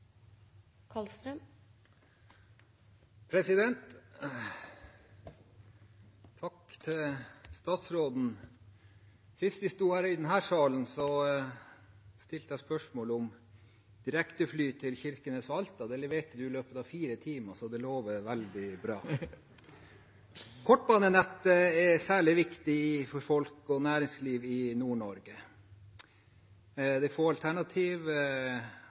Takk til statsråden. Sist vi sto i denne salen, stilte jeg spørsmål om direktefly til Kirkenes og Alta. Det leverte du i løpet av fire timer, så det lover veldig bra. Kortbanenettet er særlig viktig for folk og næringsliv i Nord-Norge. Det er få alternativ,